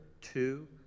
two